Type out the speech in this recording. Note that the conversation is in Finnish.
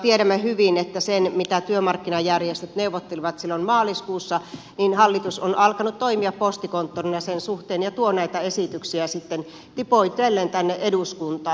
tiedämme hyvin että sen suhteen mitä työmarkkinajärjestöt neuvottelivat silloin maaliskuussa hallitus on alkanut toimia postikonttorina ja tuo näitä esityksiä sitten tipoitellen tänne eduskuntaan